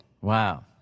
Wow